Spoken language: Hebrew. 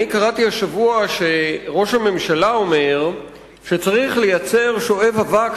אני קראתי השבוע שראש הממשלה אומר שצריך לייצר "שואב אבק",